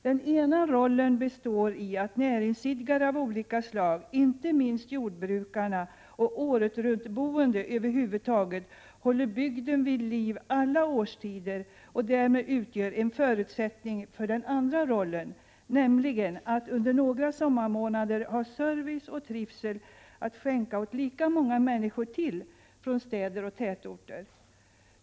Den ena rollen består i att näringsidkare av olika slag, inte minst jordbrukarna, och året-runt-boende över huvud taget håller bygden vid liv alla årstider och därmed utgör en förutsättning för den andra rollen, nämligen att under några sommarmånader ha service och trivsel att skänka åt lika många människor till, från städer och tätorter.